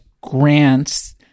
grants